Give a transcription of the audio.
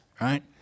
right